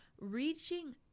reaching